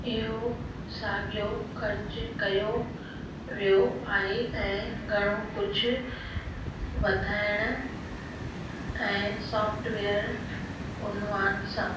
इहो साॻियो ख़र्चु कयो वियो आहे ऐं घणो कुझु वधाइण ऐं सॉफ्टवेयर उन्वान सां